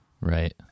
Right